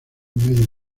medio